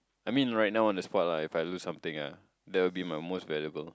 I mean right now on the spot lah if I lose something ah that will be my most valuable